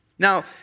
Now